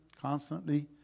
constantly